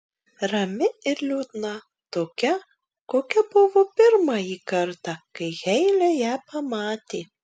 rami ir liūdna tokia kokia buvo pirmąjį kartą kai heile ją pamatė